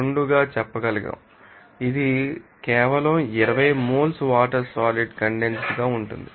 2 గా చెప్పగలము అది కేవలం 20 మోల్స్ వాటర్ సాలిడ్ కండెన్సెడ్గా ఉంటుంది